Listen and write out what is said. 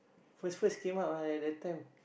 first first came out lah at that time